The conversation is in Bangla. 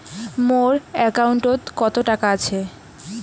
মোর একাউন্টত কত টাকা আছে?